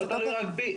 זה לא תלוי רק בי.